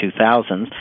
2000s